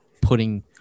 putting